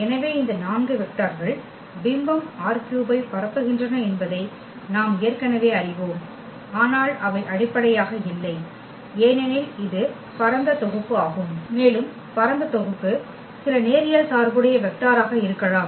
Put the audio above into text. எனவே இந்த 4 வெக்டார்கள் பிம்பம் ℝ3 ஐ பரப்புகின்றன என்பதை நாம் ஏற்கனவே அறிவோம் ஆனால் அவை அடிப்படையாக இல்லை ஏனெனில் இது பரந்த தொகுப்பு ஆகும் மேலும் பரந்த தொகுப்பு சில நேரியல் சார்புடைய வெக்டாராக இருக்கலாம்